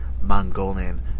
Mongolian